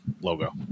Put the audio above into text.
logo